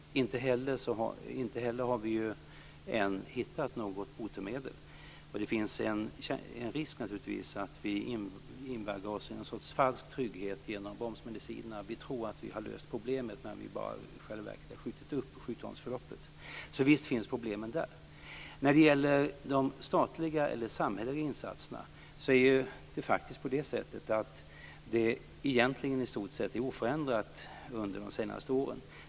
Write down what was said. Vi har ju inte heller hittat något botemedel ännu. Det finns naturligtvis en risk att vi invaggar oss i någon sorts falsk trygghet genom bromsmedicinerna. Vi tror att problemet är löst, men i själva verket har sjukdomsförloppet bara skjutits upp. Så visst finns problemen där. De samhälleliga insatserna har i stort sett varit oförändrade under de senaste åren.